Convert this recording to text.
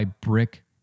brick